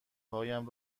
هایم